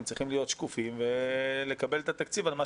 הם צריכים להיות שקופים ולקבל את התקציב על מה